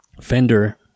Fender